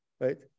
right